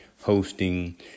hosting